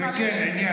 זה כן העניין.